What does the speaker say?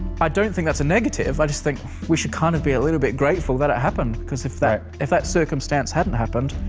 i don't think that's a negative. i just think we should kind of be a little bit grateful that it happened because if that if that circumstance hadn't happened,